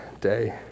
day